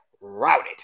routed